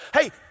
hey